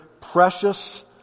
precious